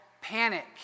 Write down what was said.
panic